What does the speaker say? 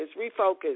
refocus